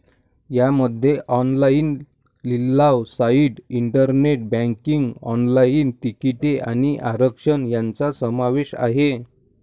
यामध्ये ऑनलाइन लिलाव site, internet banking, online तिकिटे आणि आरक्षण यांचा समावेश आहे